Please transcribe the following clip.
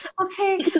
Okay